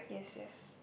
yes yes